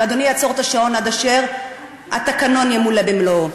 ואדוני יעצור את השעון עד אשר התקנון ימולא במלואו.